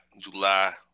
July